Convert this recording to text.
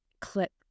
clip